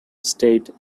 state